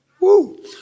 Woo